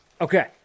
Okay